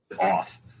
off